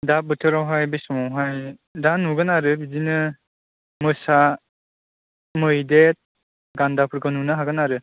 दा बोथोरावहाय बे समावहाय दा नुगोन आरो बिदिनो मोसा मैदेर गान्दाफोरखौ नुनो हागोन आरो